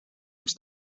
als